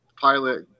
pilot